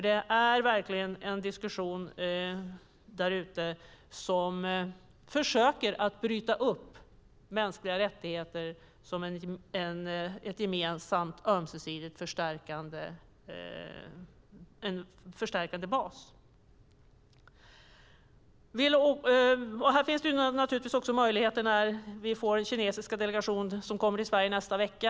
Det är en diskussion där ute som försöker bryta upp mänskliga rättigheter som en gemensam ömsesidig förstärkande bas. Det kommer en kinesisk delegation till Sverige nästa vecka.